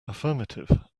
affirmative